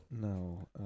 no